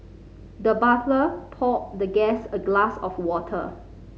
the butler poured the guest a glass of water